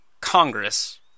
Congress